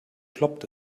ploppt